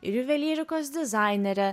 ir juvelyrikos dizainerė